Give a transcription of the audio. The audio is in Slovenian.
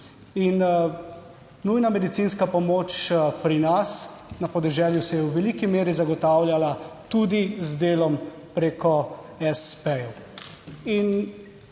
in nujna medicinska pomoč pri nas na podeželju se je v veliki meri zagotavljala tudi z delom preko espejev.